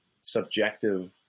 subjective